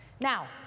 Now